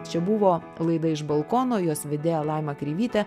čia buvo laida iš balkono jos vedėja laima kreivytė